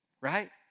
right